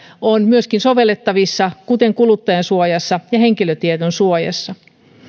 kohtaa on myöskin sovellettavissa kuten kuluttajansuojassa ja henkilötietosuojassa